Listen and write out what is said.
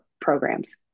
programs